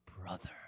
brother